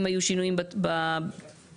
אם היו שינויים בנתונים,